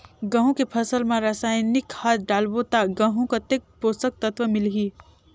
गंहू के फसल मा रसायनिक खाद डालबो ता गंहू कतेक पोषक तत्व मिलही?